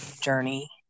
journey